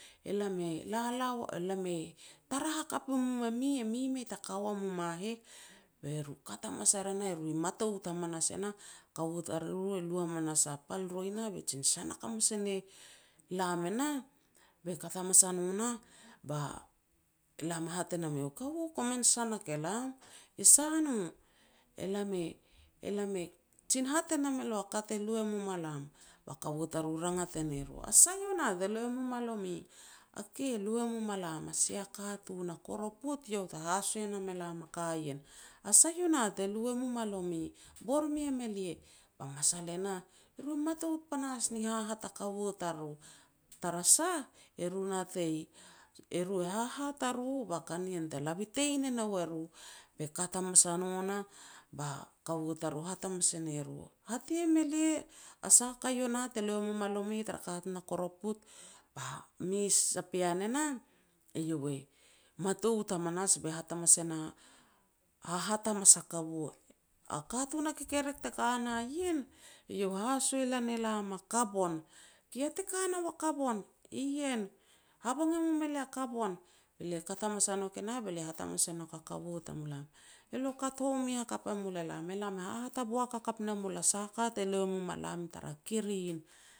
E lam e lala elam e tara hakap e mum e mi, e mi mei ta ka ua mum a heh, be ru e kat hamas ar e nah be ru matout hamanas ar e nah, kaua tariru e lu hamanas a pal roi nah be jin sanak hamas e ne lam e nah, be kat hamas a no nah, elam e hat e nam eiau, "Kaua, komin sanak e lam", "E sano", "E lam e-e lam e jin hat e nam elo a ka te lu e mum a lam." Ba kaua tariru rangat e ne ru, "A sa yo nah te lu e mum a lomi", "A ke lu e mum a lam, a sia katun a koroput iau te haso e nam e lam a ka ien", "A sa yo nah te lu e mum a lomi, bor miam elia." Ba masa e nah ru matout panahas ni hahat a kaua tariru, tara sah eru natei, e ru hahat a ru ba ka nien te la bitein e nou e ru, be kat hamas a no nah, ba kaua tariru e hat hamas e ne ru. "Hat im e lia a sah a ka te lu e ma lomi tara katun a koroput?" Ba mes a pean e nah, eiau e matout hamanas be hat hamas e na, hahat hamas e na kaua, "A katun a kekerek te ka na ien, eiau e haso e lan e lam a kabon", "Ki ya te ka nau a kabon", "Ien", "Habang e mum e lia kabon." Be lia kat hamas a nouk e nah be lia hat hamas e nouk a kaua tamulam. "Elo e kat home hakap e mul e lam, elam e hahat hakap ne mul a sah a ka te lu e mum a lam tara kirin."